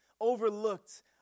overlooked